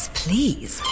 please